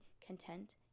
content